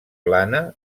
plana